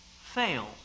fail